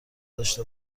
داشته